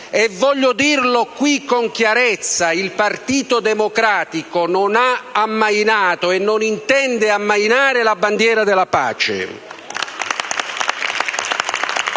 Voglio dirlo qui, con chiarezza: il Partito Democratico non ha ammainato e non intende ammainare la bandiera della pace.